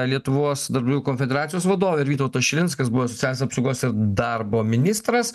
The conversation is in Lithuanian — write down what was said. lietuvos darbdavių konfederacijos vadovė ir vytautas šilinskas buvęs socialinės apsaugos ir darbo ministras